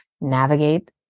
navigate